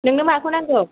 नोंनो माखौ नांगौ